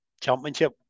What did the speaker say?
Championship